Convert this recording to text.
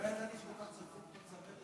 לא ידעתי שכל כך צפוף בצמרת,